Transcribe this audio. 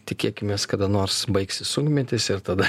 tikėkimės kada nors baigsis sunkmetis ir tada